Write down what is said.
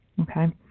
Okay